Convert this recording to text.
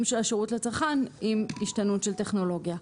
של השירות לצרכן עם השתנות של טכנולוגיה.